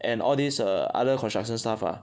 and all these err other construction stuff ah